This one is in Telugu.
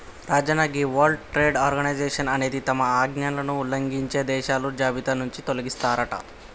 రాజన్న గీ వరల్డ్ ట్రేడ్ ఆర్గనైజేషన్ అనేది తమ ఆజ్ఞలను ఉల్లంఘించే దేశాల జాబితా నుంచి తొలగిస్తారట